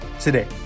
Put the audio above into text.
today